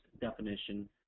definition